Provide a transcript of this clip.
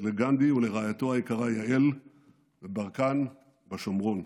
לגנדי ולרעייתו היקרה יעל בברקן בשומרון.